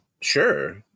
Sure